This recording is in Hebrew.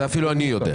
את זה אפילו אני יודע.